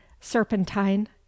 serpentine